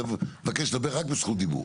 תבקש לדבר רק בזכות דיבור.